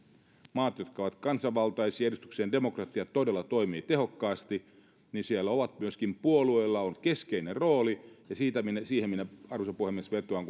maissa jotka ovat kansanvaltaisia ja joissa edustuksellinen demokratia todella toimii tehokkaasti myöskin puolueilla on keskeinen rooli ja siihen minä arvoisa puhemies vetoan